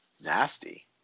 nasty